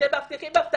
כשהם מבטיחים הבטחות